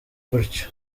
gutyo